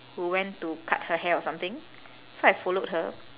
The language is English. who went to cut her hair or something so I followed her